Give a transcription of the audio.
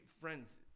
Friends